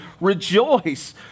rejoice